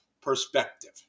perspective